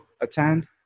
attend